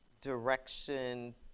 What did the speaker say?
direction